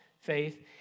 faith